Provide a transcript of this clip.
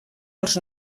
els